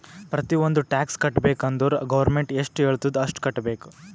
ಪ್ರತಿ ಒಂದ್ ಟ್ಯಾಕ್ಸ್ ಕಟ್ಟಬೇಕ್ ಅಂದುರ್ ಗೌರ್ಮೆಂಟ್ ಎಷ್ಟ ಹೆಳ್ತುದ್ ಅಷ್ಟು ಕಟ್ಟಬೇಕ್